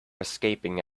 escaping